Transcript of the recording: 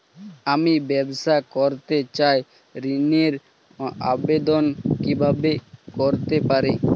আমি ব্যবসা করতে চাই ঋণের আবেদন কিভাবে করতে পারি?